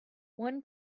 one